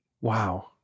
Wow